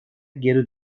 geri